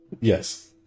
Yes